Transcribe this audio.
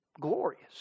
glorious